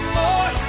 more